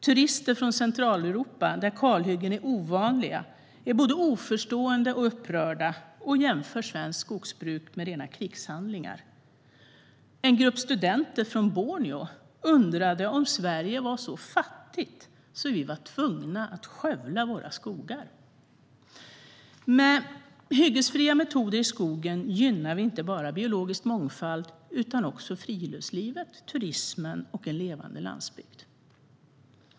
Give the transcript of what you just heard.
Turister från Centraleuropa, där kalhyggen är ovanliga, är både oförstående och upprörda, och jämför svenskt skogsbruk med rena krigshandlingar. En grupp studenter från Borneo undrade om Sverige var så fattigt att vi var tvungna att skövla våra skogar. Med hyggesfria metoder i skogen gynnar vi inte bara biologisk mångfald utan också friluftslivet, turismen och en levande landsbygd.